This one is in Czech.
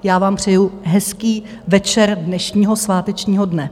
Já vám přeju hezký večer dnešního svátečního dne.